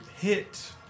hit